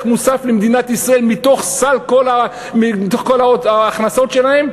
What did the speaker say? מס ערך מוסף לישראל מתוך כל ההכנסות שלהם?